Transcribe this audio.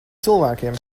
cilvēkiem